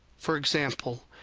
for example,